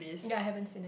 ya I haven't seen it